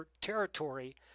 territory